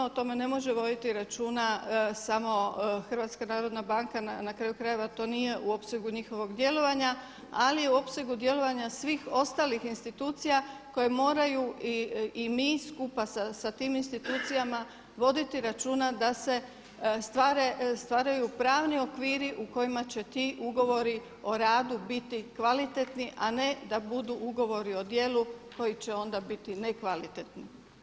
O tome ne može voditi računa samo HNB, na kraju krajeva to nije u opsegu njihovog djelovanja ali je u opsegu djelovanja svih ostalih institucija koje moraju i mi skupa sa tim institucijama voditi računa da se stvaraju pravni okviri u kojima će ti ugovori o radu biti kvalitetni a ne da budu ugovori o djelu koji će onda biti ne kvalitetni.